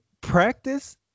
practice